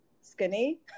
skinny